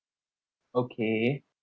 okay